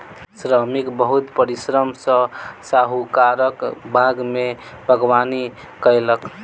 श्रमिक बहुत परिश्रम सॅ साहुकारक बाग में बागवानी कएलक